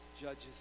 judges